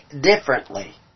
differently